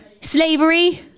Slavery